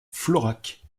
florac